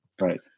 Right